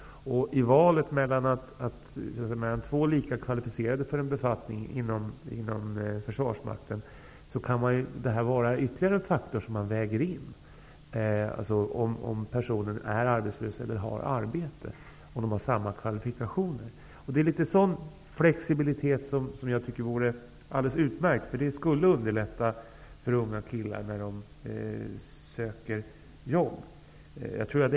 I valet mellan två personer som är lika kvalificerade för en befattning inom försvarsmakten kan det vara ytterligare en faktor att väga in om någon av dem är arbetslös eller har arbete. En sådan flexibilitet vore utmärkt. Det skulle underlätta för unga killar som söker jobb.